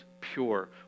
pure